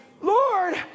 Lord